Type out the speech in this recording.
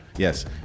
Yes